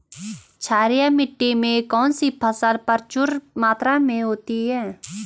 क्षारीय मिट्टी में कौन सी फसल प्रचुर मात्रा में होती है?